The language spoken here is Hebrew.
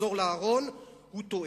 תחזור לארון, הוא טועה.